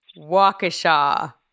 Waukesha